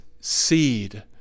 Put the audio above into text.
seed